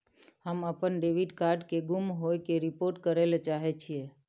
हम अपन debit card के गुम होय के रिपोर्ट करय ले चाहय छियै